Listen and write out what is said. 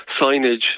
signage